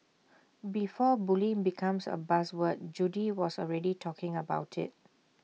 before bullying becomes A buzz word Judy was already talking about IT